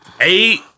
Eight